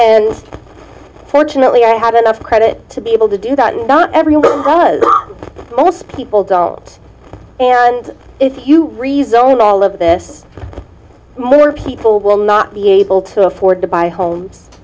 and fortunately i have enough credit to be able to do that and not everyone else people don't and if you rezone all of this more people will not be able to afford to buy homes